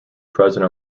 present